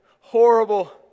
horrible